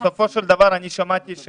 בסופו של דבר שמעתי פה